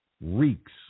reeks